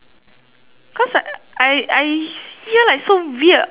cause like I I hear like so weird origin